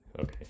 Okay